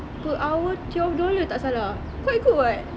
per hour twelve dollar tak salah quite good [what]